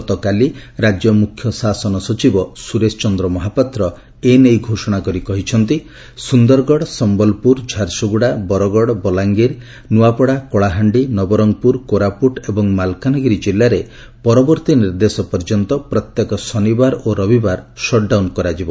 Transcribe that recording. ଗତକାଲି ରାଜ୍ୟ ମ୍ରଖ୍ୟ ଶାସନ ସଚିବ ସୁରେଶ ଚନ୍ଦ୍ର ମହାପାତ୍ର ଏନେଇ ଘୋଷଣା କରି କହିଛନ୍ତି ସୁନ୍ଦରଗଡ଼ ସମ୍ଭଲପୁର ଝାରସୁଗୁଡ଼ା ବରଗଡ଼ ବଲାଙ୍ଗିର ନୂଆପଡ଼ା କଳାହାଣ୍ଡି ନବରଙ୍ଗପୁର କୋରାପୁଟ ଏବଂ ମାଲକାନଗିରି ଜିଲ୍ଲାରେ ପରବର୍ତ୍ତୀ ନିର୍ଦ୍ଦେଶ ପର୍ଯ୍ୟନ୍ତ ପ୍ରତ୍ୟେକ ଶନିବାର ଓ ରବିବାର ସଟ୍ଡାଉନ୍ କରାଯିବ